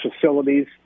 facilities